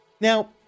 Now